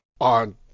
on